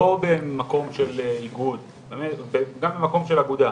לא ממקום של איגוד, גם ממקום של אגודה,